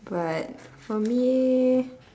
but for me